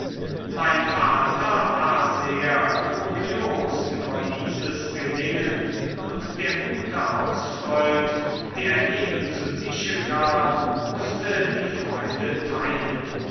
mein vater war sehr glorios über dieses gelingen und der gute hausfreund der eben zu tische kam mußte die freude teilen